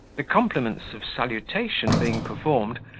the compliments of salutation being performed,